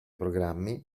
programmi